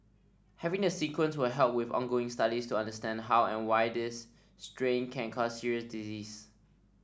having the sequence will help with ongoing studies to understand how and why this strain can cause serious disease